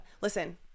listen